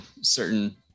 certain